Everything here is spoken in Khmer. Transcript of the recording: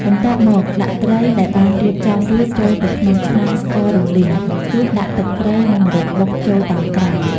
បន្ទាប់មក ដាក់ត្រីដែលបានរៀបចំរួចចូលទៅក្នុងឆ្នាំងស្កររំលីង រួចដាក់ទឹកត្រីនិង ម្រេចបុកចូលតាមក្រោយ។